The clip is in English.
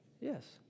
Yes